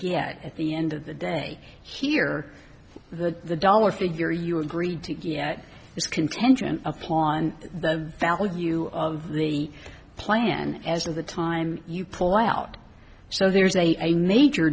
get the end of the day here the dollar figure you agreed to is contingent upon the value of the plan as of the time you pull out so there's a major